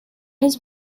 his